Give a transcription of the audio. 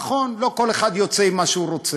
נכון, לא כל אחד יוצא עם מה שהוא רוצה,